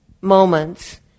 moments